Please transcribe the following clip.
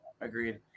agreed